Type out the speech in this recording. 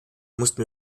mussten